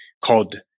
called